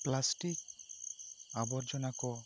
plastic ᱟᱵᱚᱨᱡᱚᱱᱟ ᱠᱚ